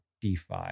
DeFi